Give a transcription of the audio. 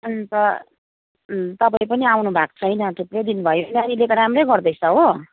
अन्त तपाईँ पनि आउनुभएको छैन थुप्रै दिन भयो नानीले त राम्रै गर्दैछ हो